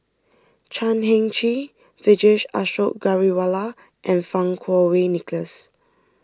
Chan Heng Chee Vijesh Ashok Ghariwala and Fang Kuo Wei Nicholas